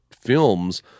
films